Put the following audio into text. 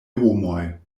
homoj